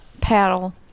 paddle